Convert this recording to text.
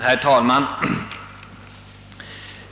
Herr talman!